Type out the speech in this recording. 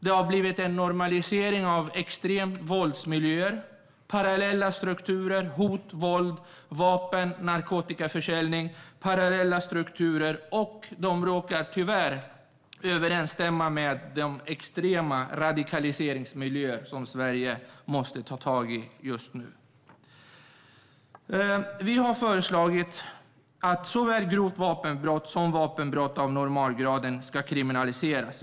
Det har blivit en normalisering av extrema våldsmiljöer, parallella strukturer, hot, våld, vapen och narkotikaförsäljning, och dessa områden råkar tyvärr överensstämma med de extrema radikaliseringsmiljöer som Sverige måste ta tag i just nu. Vi har föreslagit att såväl grovt vapenbrott som vapenbrott av normalgraden kriminaliseras.